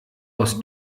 aus